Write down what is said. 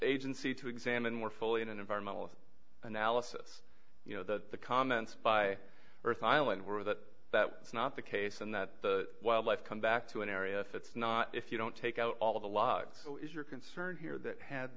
agency to examine more fully in an environmental analysis you know that the comments by earth island were that that was not the case and that the wildlife come back to an area if it's not if you don't take out all of the lugs is your concern here that